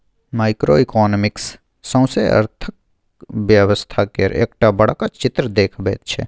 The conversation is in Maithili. माइक्रो इकोनॉमिक्स सौसें अर्थक व्यवस्था केर एकटा बड़का चित्र देखबैत छै